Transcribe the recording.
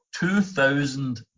2,000